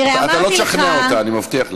אתה לא תשכנע אותה, אני מבטיח לך.